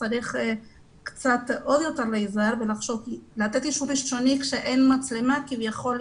צריך עוד יותר לחשוב כי לתת אישור ראשוני כשאין מצלמה כביכול,